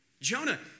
Jonah